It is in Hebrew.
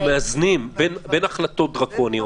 אנחנו מאזנים בין החלטות דרקוניות.